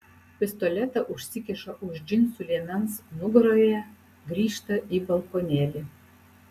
pistoletą užsikiša už džinsų liemens nugaroje grįžta į balkonėlį